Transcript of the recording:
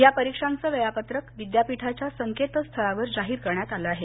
या परीक्षांचं वेळापत्रक विद्यापीठाच्या संकेतस्थळावर जाहीर करण्यात आलं आहे